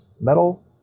metal